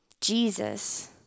Jesus